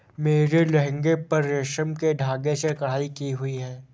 मेरे लहंगे पर रेशम के धागे से कढ़ाई की हुई है